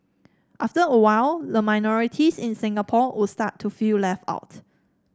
after a while the minorities in Singapore would start to feel left out